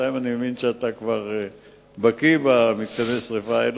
בינתיים אני מבין שאתה כבר בקי במתקני השרפה האלה,